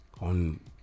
on